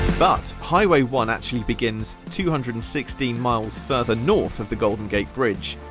but highway one actually begins two hundred and sixteen miles further north of the golden gate bridge,